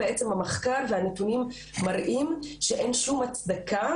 המחקר והנתונים מראים שאין שום הצדקה